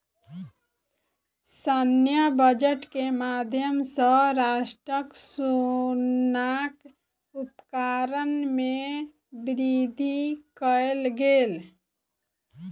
सैन्य बजट के माध्यम सॅ राष्ट्रक सेनाक उपकरण में वृद्धि कयल गेल